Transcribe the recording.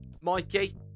Mikey